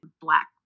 black